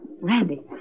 Randy